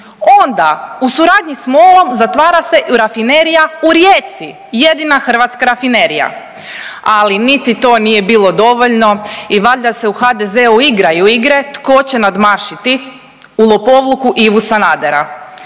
Onda u suradnji s MOL-om zatvara se Rafinerija u Rijeci, jedina hrvatska rafinerija. Ali niti to nije bilo dovoljno i valjda se u HDZ-u igraju igre tko će nadmašiti u lopovluku Ivu Sanadera,